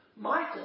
Michael